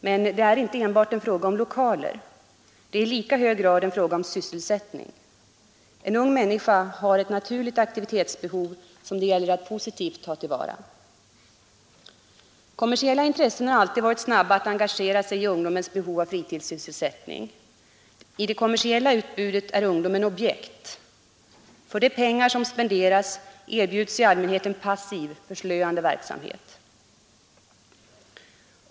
Men det är inte enbart en fråga om lokaler. Det är i lika hög grad en fråga om sysselsättning. En ung människa har ett naturligt aktivitetsbehov, som det gäller att positivt ta till vara. Kommersiella intressen har alltid varit snabba att engagera sig i ungdomens behov av fritidssysselsättning. I det kommersiella utbudet är ungdomarna objekt. För de pengar som spenderas erbjuds i allmänhet en passiv, förslöande verksamhet.